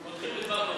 פותחים בדבר תורה.